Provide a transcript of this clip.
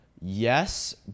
yes